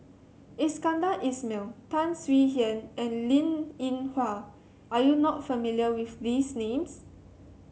Iskandar Ismail Tan Swie Hian and Linn In Hua are you not familiar with these names